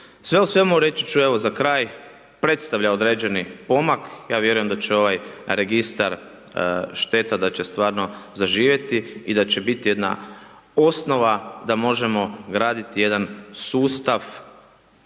Sve u svemu, reći ću, evo, za kraj, predstavlja određeni pomak, ja vjerujem da će ovaj Registar šteta stvarno zaživjeti i da će biti jedna osnova da možemo graditi jedan sustav